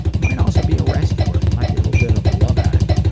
might also be a rescuer, might be a little bit of love addict.